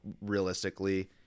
realistically